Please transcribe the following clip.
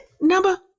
number